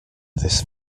this